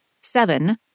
seven